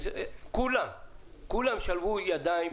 כולם ישלבו ידיים,